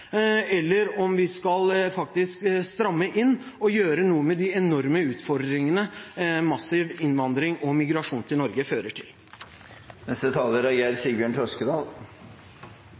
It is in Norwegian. eller om vi skal stramme inn og gjøre noe med de enorme utfordringene massiv innvandring og migrasjon til Norge fører til.